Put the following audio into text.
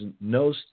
no